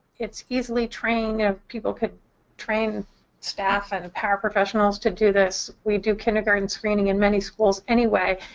it's easily-trained people can train staff and paraprofessionals to do this. we do kindergarten screening in many schools anyway.